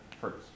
first